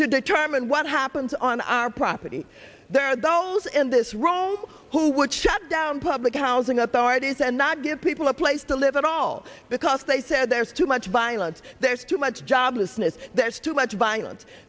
to determine what happens on our property there are those in this room who would shut down public housing authorities and not give people a place to live at all because they said there's too much violence there's too much joblessness there's too much violence